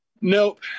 Nope